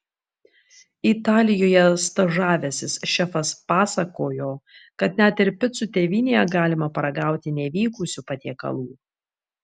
italijoje stažavęsis šefas pasakojo kad net ir picų tėvynėje galima paragauti nevykusių patiekalų